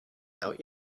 out